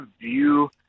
view